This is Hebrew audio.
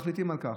מחליטים על כך.